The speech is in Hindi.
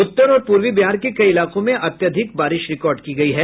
उत्तर और पूर्वी बिहार के कई इलाकों में अत्याधिक बारिश रिकार्ड की गयी है